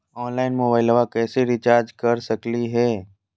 Online मोबाइलबा कैसे recharge कर सकलिए है?